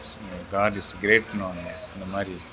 ஸ் God is கிரேட்னுவாங்களே அந்தமாதிரி